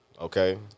okay